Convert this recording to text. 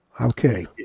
Okay